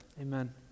Amen